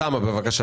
לגלית.